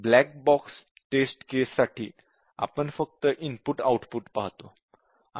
black box test case साठी आपण फक्त इनपुट आउटपुट पाहतो